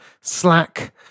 Slack